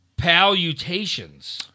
palutations